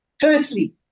Firstly